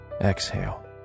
exhale